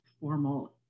formal